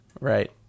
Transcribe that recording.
Right